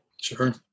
Sure